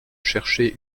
chercher